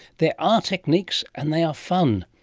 there are techniques and they are fun.